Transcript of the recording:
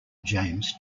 james